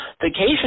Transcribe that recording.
vacation